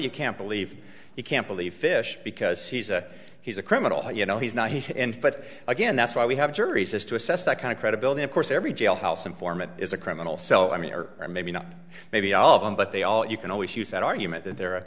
you can't believe you can't believe fish because he's a he's a criminal you know he's not he but again that's why we have juries is to assess that kind of credibility of course every jailhouse informant is a criminal so i mean or maybe not maybe all of them but they all you can always use that argument that there